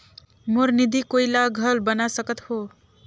मोर निधि कोई ला घल बना सकत हो?